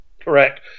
Correct